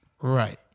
Right